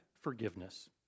forgiveness